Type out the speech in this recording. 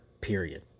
period